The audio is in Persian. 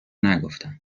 نگفتم